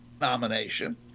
nomination